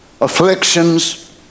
afflictions